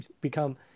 become